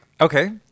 Okay